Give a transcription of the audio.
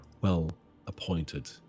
well-appointed